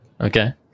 Okay